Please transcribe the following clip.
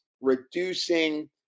reducing